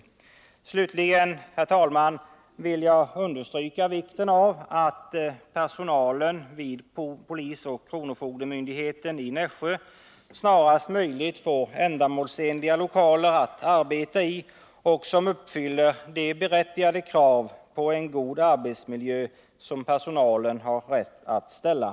Om tidpunkten Slutligen, herr talman, vill jag understryka vikten av att personalen vid = för förslag om polisoch kronofogdemyndigheterna i Nässjö snarast möjligt får ändamåls — den andliga vårenliga lokaler att arbeta i, vilka uppfyller de krav på en god arbetsmiljö som den vid sjukhus personalen har rätt att ställa.